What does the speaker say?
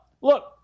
look